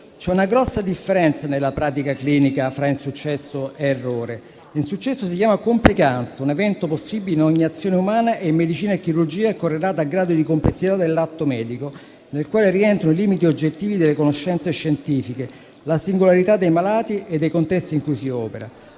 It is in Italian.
C'è una grossa differenza nella pratica clinica fra insuccesso ed errore: il primo si chiama complicanza, un evento possibile in ogni azione umana, che in medicina e chirurgia è correlato al grado di complessità dell'atto medico, nel quale rientrano i limiti oggettivi delle conoscenze scientifiche e la singolarità dei malati e dei contesti in cui si opera.